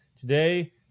Today